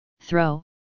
throw